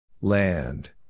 Land